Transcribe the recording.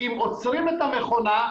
אם עוצרים את המכונה,